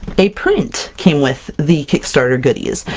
a print came with the kickstarter goodies,